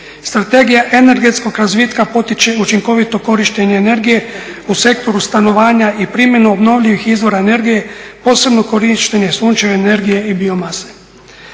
Strategija energetskog razvitka potiče učinkovito korištenje energije u Sektoru stanovanja i primjenu obnovljivih izvora energije posebno korištenje sunčeve energije i biomase.